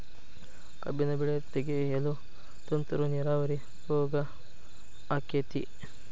ಕಬ್ಬಿನ ಬೆಳೆ ತೆಗೆಯಲು ತುಂತುರು ನೇರಾವರಿ ಉಪಯೋಗ ಆಕ್ಕೆತ್ತಿ?